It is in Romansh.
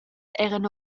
eran